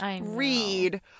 read